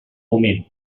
moment